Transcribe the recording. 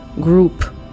group